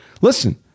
listen